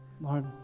Lord